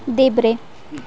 देब्रे